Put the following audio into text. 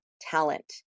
talent